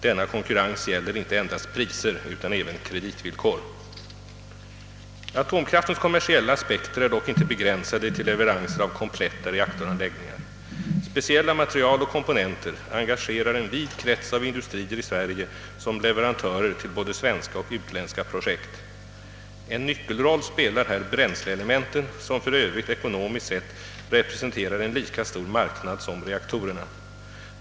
Denna konkurrens gäller inte endast priser utan även kreditvillkor. Atomkraftens kommersiella aspekter är dock inte begränsade till leveranser av kompletta reaktoranläggningar. Speciella material och komponenter engagerar en vid krets av industrier i Sverige som leverantörer till både svenska och utländska projekt. En nyckelroll spelar här bränsleelementen, som för övrigt ekonomiskt sett representerar en lika stor marknad som reaktorerna.